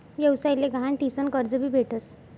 व्यवसाय ले गहाण ठीसन कर्ज भी भेटस